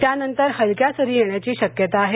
त्यानंतर हलक्या सरी येण्याची शक्यता आहे